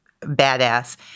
badass